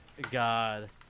God